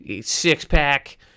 Six-pack